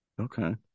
okay